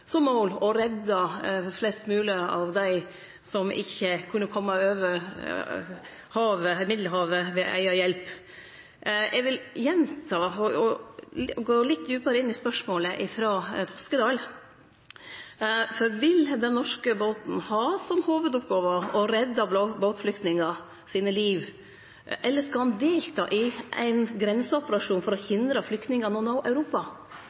mål å redde flest mogleg av dei som ikkje kunne koma over Middelhavet ved eiga hjelp. Eg vil gjenta og gå litt djupare inn i spørsmålet frå Toskedal. Vil den norske båten ha som hovudoppgåve å redde båtflyktningane sine liv, eller skal han delta i ein grenseoperasjon for å hindre at flyktningane når Europa?